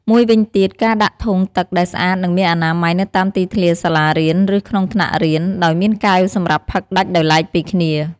មួយវិញទៀតការដាក់ធុងទឹកដែលស្អាតនិងមានអនាម័យនៅតាមទីធ្លាសាលារៀនឬក្នុងថ្នាក់រៀន ដោយមានកែវសម្រាប់ផឹកដាច់ដោយឡែកពីគ្នា។